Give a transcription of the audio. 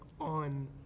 on